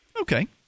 Okay